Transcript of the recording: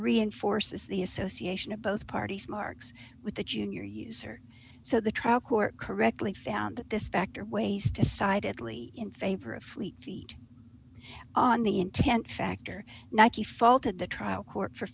reinforces the association of both parties marks with the junior user so the trial court correctly found that this factor ways to sidedly in favor of fleet feet on the intent factor nike faulted the trial court for